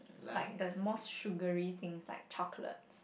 like the more sugary things like chocolates